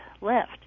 left